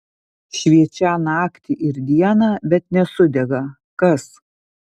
šviečią naktį ir dieną bet nesudega kas